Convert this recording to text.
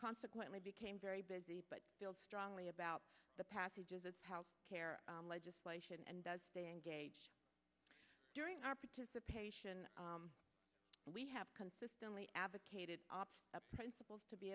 consequently became very busy but feel strongly about the passages of health care legislation and does stay engaged during our participation we have consistently advocated opt of principles to be